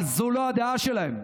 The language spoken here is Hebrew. אבל זו לא הדעה שלהם.